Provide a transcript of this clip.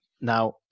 Now